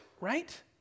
Right